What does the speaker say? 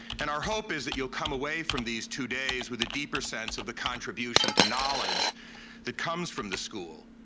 and our hope is that you'll come away from these two days with a deeper sense of the contribution to knowledge that comes from the school.